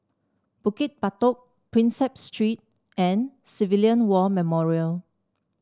Bukit Batok Prinsep Street and Civilian War Memorial